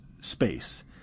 space